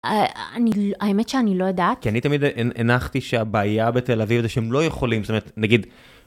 האמת שאני לא יודעת כי אני תמיד הנחתי שהבעיה בתל אביב זה שהם לא יכולים זאתומרת נגיד.